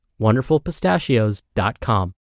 wonderfulpistachios.com